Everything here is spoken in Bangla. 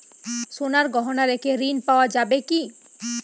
সোনার গহনা রেখে ঋণ পাওয়া যাবে কি?